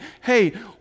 hey